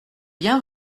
bien